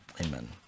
amen